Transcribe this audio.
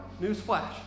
newsflash